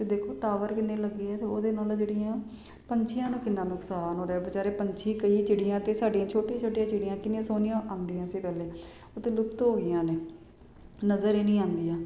ਅਤੇ ਦੇਖੋ ਟਾਵਰ ਕਿੰਨੇ ਲੱਗੇ ਅਤੇ ਉਹਦੇ ਨਾਲ ਜਿਹੜੀਆਂ ਪੰਛੀਆਂ ਨੂੰ ਕਿੰਨਾ ਨੁਕਸਾਨ ਹੋ ਰਿਹਾ ਵਿਚਾਰੇ ਪੰਛੀ ਕਈ ਚਿੜੀਆਂ ਤਾਂ ਸਾਡੀਆਂ ਛੋਟੀਆਂ ਛੋਟੀਆਂ ਚਿੜੀਆਂ ਕਿੰਨੀਆਂ ਸੋਹਣੀਆਂ ਆਉਂਦੀਆ ਸੀ ਪਹਿਲੇ ਉਹ ਤਾਂ ਲੁਪਤ ਹੋ ਗਈਆਂ ਨੇ ਨਜ਼ਰ ਹੀ ਨਹੀਂ ਆਉਂਦੀਆਂ